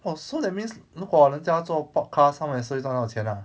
oh so that means 如果人家做 podcast 他们也是会赚到钱 lah